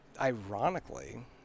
ironically